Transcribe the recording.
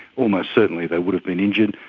almost certainly they would have been injured,